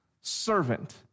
Servant